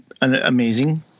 amazing